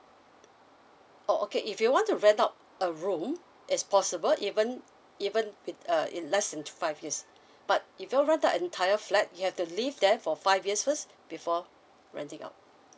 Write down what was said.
oh okay if you want to rent out a room is possible even even with in less that five years but if you want to rent out the entire flat you have to live there for five years first before renting out